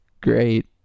great